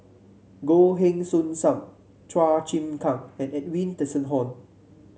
Goh Heng Soon Sam Chua Chim Kang and Edwin Tessensohn